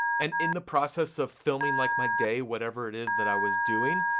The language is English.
and in the process of filming, like my day, whatever it is that i was doing,